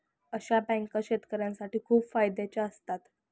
अशा बँका शेतकऱ्यांसाठी खूप फायद्याच्या असतात